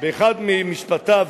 באחד ממשפטיו,